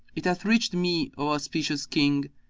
it hath reached me, o auspicious king,